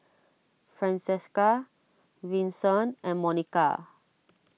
Francesca Vincent and Monika